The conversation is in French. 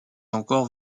encore